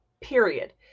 period